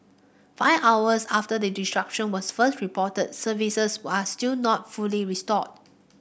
five hours after the disruption was first reported services are still not fully restored